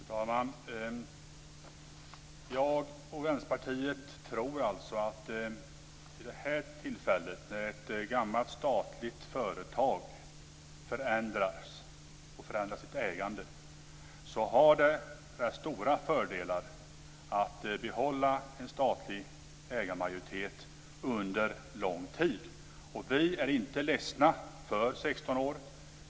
Fru talman! Jag och Vänsterpartiet tror alltså att det vid ett sådant här tillfälle - när ett gammalt statligt företag förändras, förändrar sitt ägande - är förenat med stora fördelar att behålla en statlig ägarmajoritet under en lång tid. Vi är inte ledsna för de 16 åren.